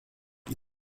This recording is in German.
die